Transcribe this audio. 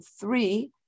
three